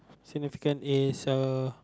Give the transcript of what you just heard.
significant is uh